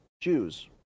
Jews